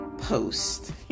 post